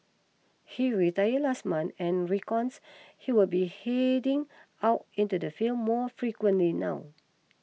he retired last month and reckons he will be heading out into the field more frequently now